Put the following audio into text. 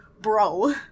Bro